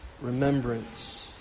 remembrance